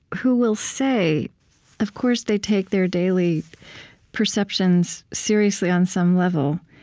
who will say of course, they take their daily perceptions seriously on some level